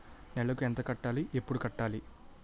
నెలకు ఎంత కట్టాలి? ఎప్పుడు కట్టాలి?